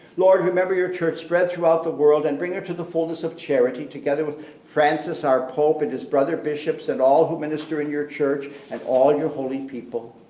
lord remember your church, spread throughout the world, and bring her to the fullness of charity together with francis our pope, and his brother bishops, and all who minister in your church, and all your holy people.